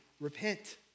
repent